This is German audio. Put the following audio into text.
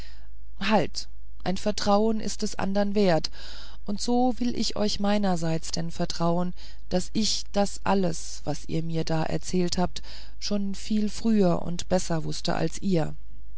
halt ein vertrauen ist des andern wert und so will ich euch meinerseits denn vertrauen daß ich das alles was ihr mir da erzählt habt schon viel früher und besser wußte als ihr